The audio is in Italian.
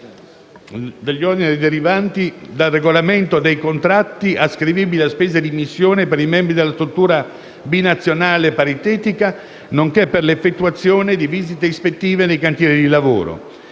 degli oneri derivanti dal Regolamento dei contratti, ascrivibili a spese di missione per i membri della struttura binazionale paritetica, nonché per l'effettuazione di visite ispettive nei cantieri di lavoro.